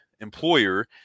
employer